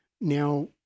Now